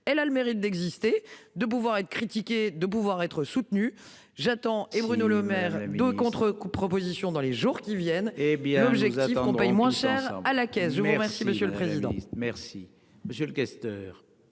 Elle a le mérite d'exister, de pouvoir être critiqué de pouvoir être soutenu j'attends et Bruno Le Maire de contrecoup propositions dans les jours qui viennent. Hé bien, j'exagère qu'on paye moins cher à la caisse, vous. Merci monsieur le président.